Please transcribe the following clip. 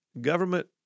government